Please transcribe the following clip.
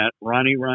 ronnie